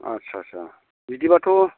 आच्चा आच्चा बिदिबाथ'